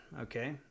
okay